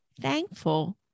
thankful